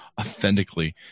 authentically